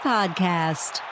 Podcast